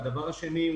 והדבר השני,